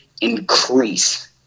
increase